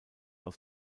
aus